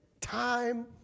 time